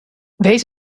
wees